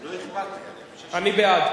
לא אכפת לי, אני חושב, אני בעד.